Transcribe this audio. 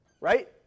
Right